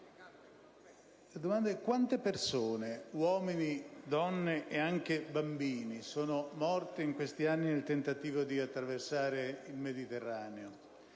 angolazione. Quante persone, uomini, donne e anche bambini, sono morte in questi anni nel tentativo di attraversare il Mediterraneo?